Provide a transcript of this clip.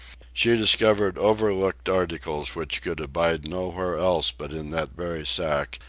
she discovered overlooked articles which could abide nowhere else but in that very sack,